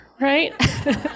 right